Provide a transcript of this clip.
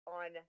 on